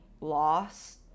loss